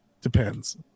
Depends